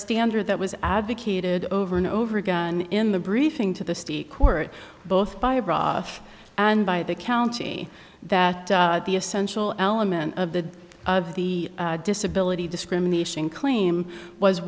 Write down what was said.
standard that was advocated over and over again in the briefing to the state court both by a bra off and by the county that the essential element of the of the disability discrimination claim was